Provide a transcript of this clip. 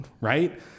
right